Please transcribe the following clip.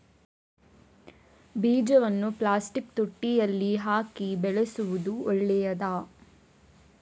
ಬೀಜವನ್ನು ಪ್ಲಾಸ್ಟಿಕ್ ತೊಟ್ಟೆಯಲ್ಲಿ ಹಾಕಿ ಬೆಳೆಸುವುದು ಒಳ್ಳೆಯದಾ?